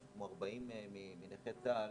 משהו כמו 40 מנכי צה"ל,